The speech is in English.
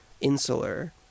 insular